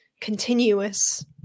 continuous